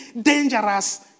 dangerous